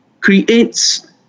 creates